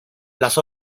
las